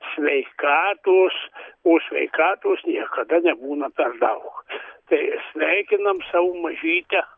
sveikatos o sveikatos niekada nebūna per daug tai sveikinam savo mažytę